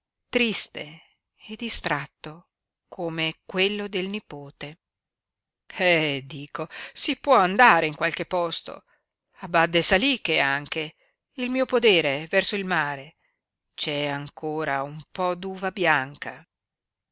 triste e distratto come quello del nipote eh dico si può andare in qualche posto a badde saliche anche il mio podere verso il mare c'è ancora un po d'uva bianca